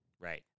Right